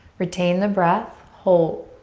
retain the breath. hold.